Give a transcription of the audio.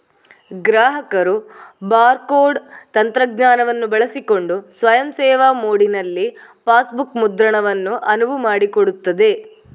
ಗ್ರಾಹಕರು bar code ತಂತ್ರಜ್ಞಾನವನ್ನು ಬಳಸಿಕೊಂಡು ಸ್ವಯಂ ಸೇವಾ ಮೋಡಿನಲ್ಲಿ ಪಾಸ್ಬುಕ್ ಮುದ್ರಣವನ್ನು ಅನುವು ಮಾಡಿಕೊಡುತ್ತದೆ